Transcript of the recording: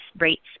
rates